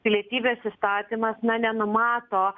pilietybės įstatymas na nenumato